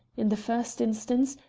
in the first instance,